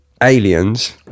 Aliens